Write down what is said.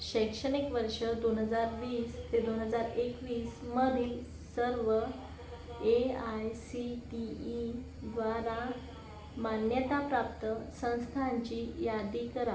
शैक्षणिक वर्ष दोन हजार वीस ते दोन हजार एकवीस मधील सर्व A I C T E द्वारा मान्यताप्राप्त संस्थांची यादी करा